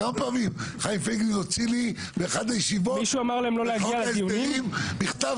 כמה פעמים חיים פייגלין הוציא לי באחת הישיבות בחוק ההסדרים מכתב